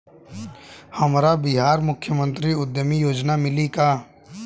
हमरा बिहार मुख्यमंत्री उद्यमी योजना मिली का?